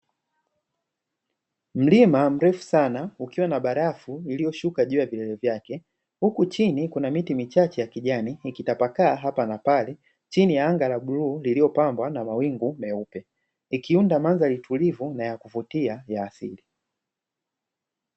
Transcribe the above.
Mlima mrefu sana ukiwa na barafu iliyoshuka juu ya vilele vyake huku chini kuna miti michache ya kijani, ikitapakaa hapa na pale chini ya anga la bluu lililopambwa na mawingu meupe ikuunda mandhari tulivu na yakuvutia ya asili.